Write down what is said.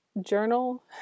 journal